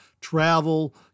travel